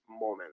moment